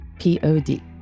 P-O-D